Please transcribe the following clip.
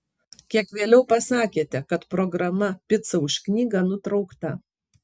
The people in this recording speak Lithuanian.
kiek vėliau pasakėte kad programa pica už knygą nutraukta